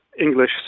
English